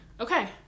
Okay